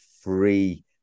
free